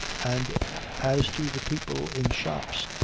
and as to the people in shops,